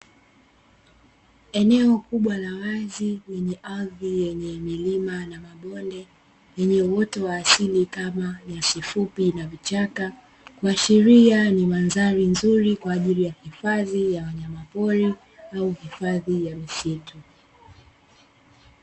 Eneo kubwa la wazi lenye ardhi yenye milima na mabonde yenye uoto wa asili kama nyasi fupi na vichaka, kuashilia ni mandhari nzuri kwa ajili ya hifadhi ya wanyama pori au hifadhi ya misitu.